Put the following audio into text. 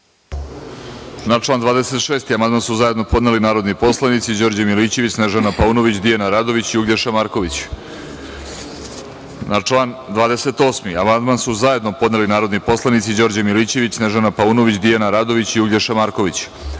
Na član 26. amandman su zajedno podneli narodni poslanici Đorđe Milićević, Snežana Paunović, Dijana Radović i Uglješa Marković. Na član 28. amandman su zajedno podneli narodni poslanici Đorđe Milićević, Snežana Paunović, Dijana Radović i Uglješa Marković. Vlada